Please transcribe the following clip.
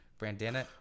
Brandana